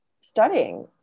studying